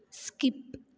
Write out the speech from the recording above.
skip